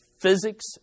physics